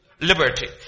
Liberty